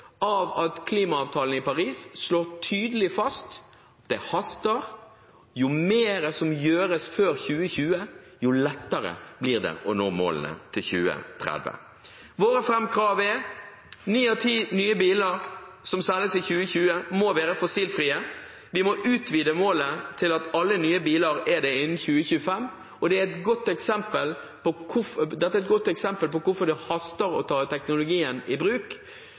av 10 nye biler som selges i 2020, må være fossilfrie. Vi må utvide målet til at alle nye biler er det innen 2025. Dette er et godt eksempel på hvorfor det haster å ta teknologien i bruk.